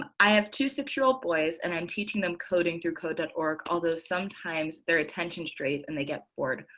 i have two six year old boys and i'm teaching them coding through code. but org. although sometimes their attention strained and they get bored.